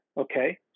okay